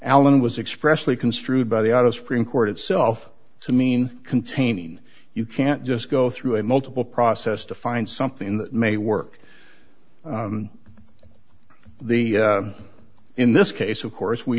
alan was expressly construed by the out of supreme court itself to mean contain you can't just go through a multiple process to find something that may work the in this case of course we